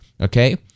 okay